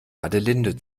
adelinde